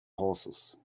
horses